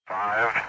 five